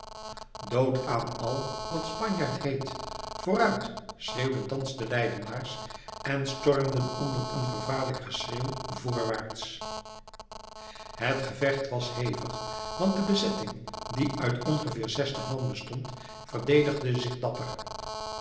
dood aan al wat spanjaard heet vooruit schreeuwden thans de leidenaars en stormden onder een vervaarlijk geschreeuw voorwaarts het gevecht was hevig want de bezetting die uit ongeveer zestig man bestond verdedigde zich dapper